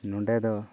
ᱱᱚᱸᱰᱮ ᱫᱚ